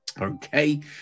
Okay